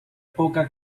poca